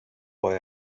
boy